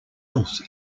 else